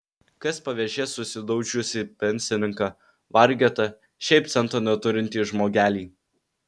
kas pavėžės susidaužiusį pensininką vargetą šiaip cento neturintį žmogelį